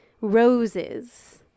Roses